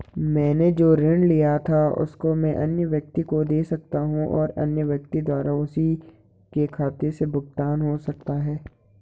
मैंने जो ऋण लिया था उसको मैं अन्य व्यक्ति को दें सकता हूँ और अन्य व्यक्ति द्वारा उसी के खाते से भुगतान हो सकता है?